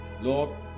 Lord